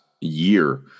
year